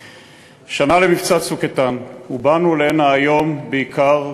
שנה למבצע "צוק איתן" ובאנו הנה היום בעיקר,